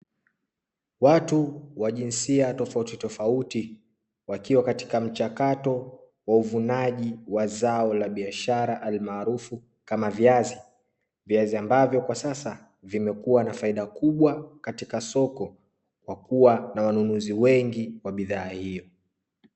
Watu wa jinsia tofautitofauti wakiwa katika mchakato wa uvunaji wa zao la biashara maarufu kama viazi, viazi ambavyo kwa sasa vimekuwa na faida kubwa katika soko, kwa kuwa na wanunuzi wengi wa bidhaa hiyo.